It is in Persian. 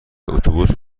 اتوبوس